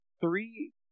three –